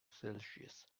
celsius